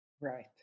Right